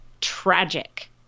tragic